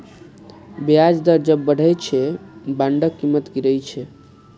ब्याज दर जब बढ़ै छै, बांडक कीमत गिरै छै